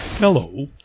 Hello